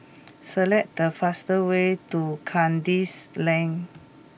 select the fast way to Kandis Lane